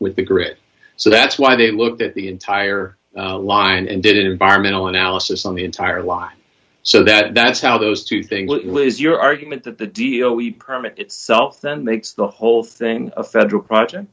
with the grid so that's why they looked at the entire line and did environmental analysis on the entire line so that that's how those two things will is your argument that the deal we permit itself then makes the whole thing a federal project